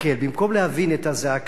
במקום להבין את הזעקה,